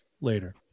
later